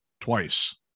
twice